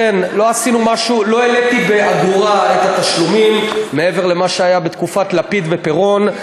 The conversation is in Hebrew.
לכן לא העליתי באגורה את התשלומים מעבר למה שהיה בתקופת לפיד ופירון.